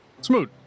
Smooth